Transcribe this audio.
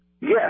Yes